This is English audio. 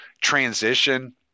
transition